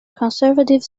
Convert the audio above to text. conservative